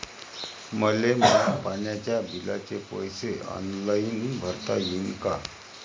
मले माया पाण्याच्या बिलाचे पैसे ऑनलाईन भरता येईन का?